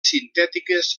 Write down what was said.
sintètiques